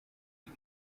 uyu